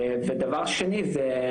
ודבר שני זה,